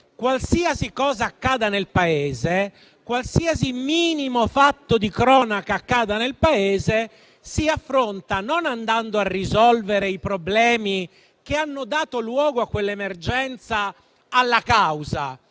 del Governo, infatti, qualsiasi minimo fatto di cronaca accada nel Paese si affronta non andando a risolvere i problemi che hanno dato luogo a quell'emergenza e alla sua